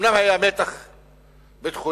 אומנם היה מתח ביטחוני,